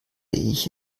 ich